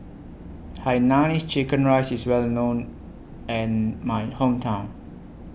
Hainanese Chicken Rice IS Well known in My Hometown